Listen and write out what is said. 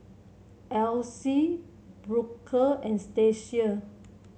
Alyse Booker and Stacia